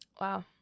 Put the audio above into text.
Wow